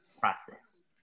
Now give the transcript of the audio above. process